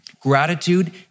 gratitude